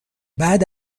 بعد